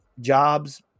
jobs